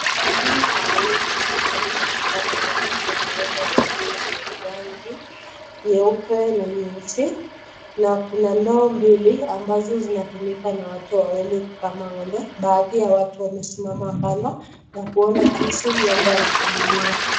Room hii maalum ni mahali pa kukama ng'ombe. Kuna ng'ombe wawili wenye rangi nyeupe na nyeusi, na kuna ndoo mbili ambazo zinatumika na watu wawili kukama ng'ombe. Baadhi ya watu wamesimama kando na kuona jinsi ng'ombe wanakamuliwa.